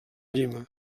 llima